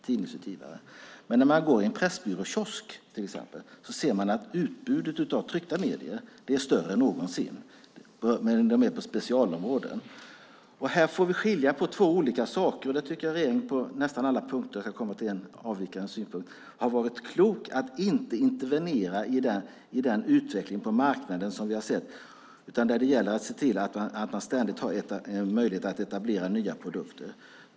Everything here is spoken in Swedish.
Men när man går till exempel till en pressbyråkiosk ser man att utbudet av tryckta medier är större än någonsin, men det är på specialområden. Här får vi skilja på två olika saker. Jag tycker att regeringen har varit klok som inte intervenerat i den utveckling på marknaden som vi har sett. Det gäller att se till att man ständigt har möjlighet att etablera nya produkter.